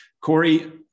Corey